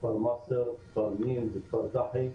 כפר סולם, כפר מצר, כפר נין וכפר דחי,